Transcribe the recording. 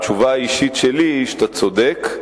התשובה האישית שלי, אתה צודק,